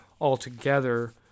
altogether